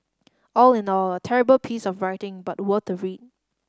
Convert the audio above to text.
all in all a terrible piece of writing but worth a read